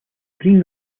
green